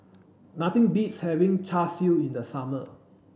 nothing beats having Char Siu in the summer